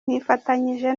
nifatanyije